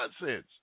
nonsense